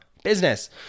business